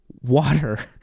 water